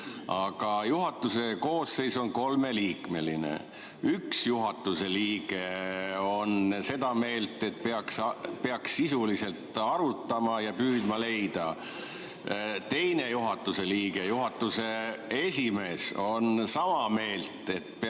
Aga juhatuse koosseis on kolmeliikmeline. Üks juhatuse liige on seda meelt, et peaks sisuliselt arutama ja püüdma [kompromissi] leida. Teine juhatuse liige, juhatuse esimees, on sama meelt, et peaks